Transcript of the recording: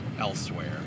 elsewhere